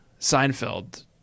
seinfeld